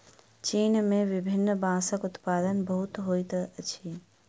चीन में विभिन्न बांसक उत्पादन बहुत होइत अछि